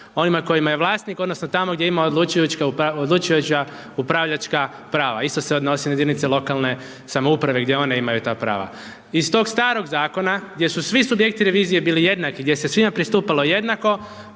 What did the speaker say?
onima kojima je vlasnik odnosno tamo gdje ima odlučujuća upravljačka prava, isto se odnosi na jedinice lokalne samouprave, gdje one imaju ta prava. Iz tog starog zakona gdje su svi subjekti revizije bili jednaki, gdje se svima pristupalo jednako